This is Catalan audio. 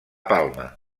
palma